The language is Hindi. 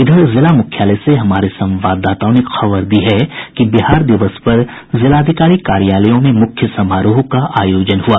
इधर जिला मुख्यालय से हमारे संवाददाताओं ने खबर दी है कि बिहार दिवस पर जिलाधिकारी कार्यालयों में मुख्य समारोह का आयोजन हुआ